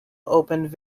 opened